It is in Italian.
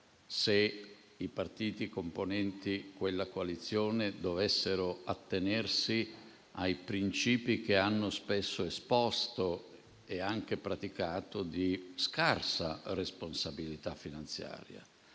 se i partiti componenti quella coalizione si fossero attenuti ai principi che hanno spesso esposto, e anche praticato, di scarsa responsabilità finanziaria,